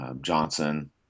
Johnson